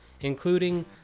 including